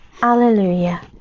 Alleluia